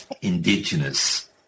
indigenous